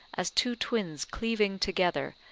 as two twins cleaving together,